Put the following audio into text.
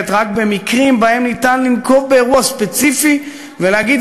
רק במקרים שבהם ניתן לנקוב באירוע ספציפי ולהגיד: